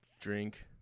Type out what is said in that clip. drink